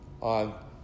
on